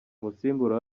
umusimbura